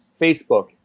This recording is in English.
Facebook